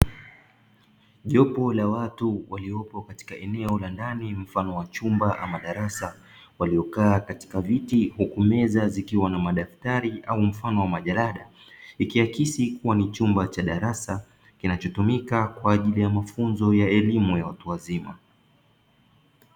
Jopo la watu waliopo katika eneo la ndani mfano wa chumba ama darasa, waliokaa katika viti huku meza zikiwa na madaftari au mfano wa majalada; ikiakisi kuwa ni chumba cha darasa kinachotumika kwa ajili ya mafunzo ya elimu ya watu wazima.